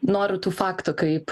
noriu tų faktų kaip